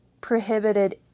prohibited